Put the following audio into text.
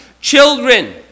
Children